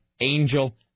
Angel